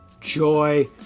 joy